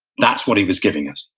that's what he was giving us.